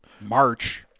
March